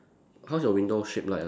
how's your window shape like ah